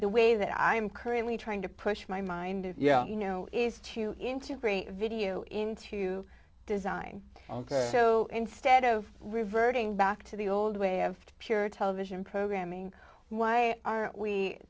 the way that i'm currently trying to push my mind yeah you know is to integrate video into design ok so instead of reverting back to the old way of pure television programming why aren't we